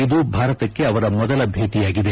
ಇದು ಭಾರತಕ್ಕೆ ಅವರ ಮೊದಲ ಭೇಟಿಯಾಗಿದೆ